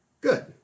Good